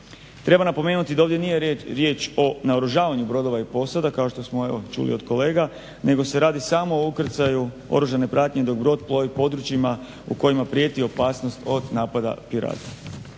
Treba napomenuti da ovdje nije riječ o naoružavanju brodova i posada, kao što smo evo čuli od kolega, nego se radi samo o ukrcaju oružane pratnje dok brod plovi područjima u kojima prijeti opasnost od napada Pirata.